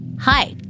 Hi